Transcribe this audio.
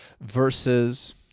versus